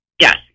Yes